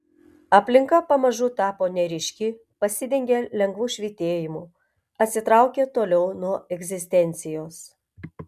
aplinka pamažu tapo neryški pasidengė lengvu švytėjimu atsitraukė toliau nuo egzistencijos